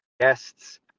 guests